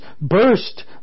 burst